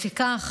לפיכך,